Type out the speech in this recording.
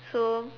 so